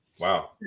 Wow